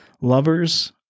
lovers